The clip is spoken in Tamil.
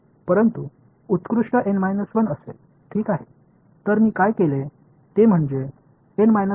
வரிசை N 1 இன் எந்தவொரு பாலினாமியல்களின் கூட்டு தொகை என்ன